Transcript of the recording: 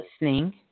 listening